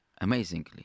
amazingly